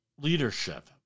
Leadership